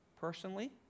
personally